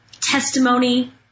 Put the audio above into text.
testimony